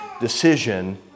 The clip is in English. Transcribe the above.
decision